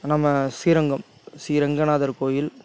நம்ம ஸ்ரீரங்கம் ஸ்ரீரங்க நாதர் கோவில்